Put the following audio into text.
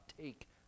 take